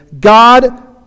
God